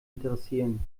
interessieren